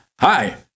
Hi